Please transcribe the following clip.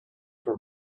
for